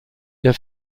der